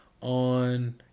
on